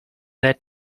that